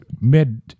mid